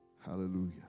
Hallelujah